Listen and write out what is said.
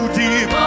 deep